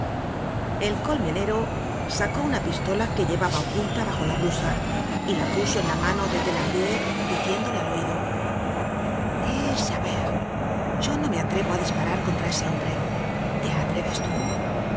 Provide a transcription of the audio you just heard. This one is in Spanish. el colmenero sacó una pistola que llevaba oculta bajo la blusa y la puso en la mano de thenardier diciéndole al oido es javert yo no me atrevo á disparar contra ese hombre te atreves tú